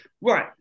Right